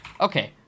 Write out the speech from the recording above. Okay